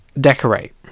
decorate